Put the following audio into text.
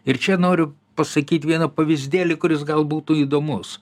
ir čia noriu pasakyt vieną pavyzdėlį kuris gal būtų įdomus